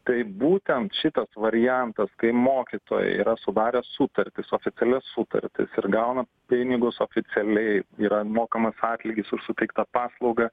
taip būtent šitas variantas kai mokytojai yra sudarę sutartis oficialiai sutartis ir gauna pinigus oficialiai yra mokamas atlygis už suteiktą paslaugą